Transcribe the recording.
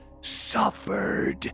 suffered